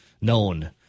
known